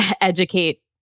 educate